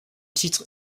titre